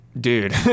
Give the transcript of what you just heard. dude